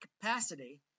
capacity